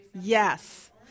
yes